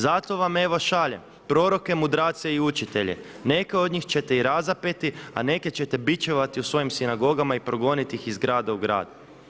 Zato vam evo šaljem proroke, mudrace i učitelje, neke od njih ćete i razapeti a neke ćete bičevati u svojim sinagogama i progoniti ih iz grada u grad.